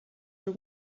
your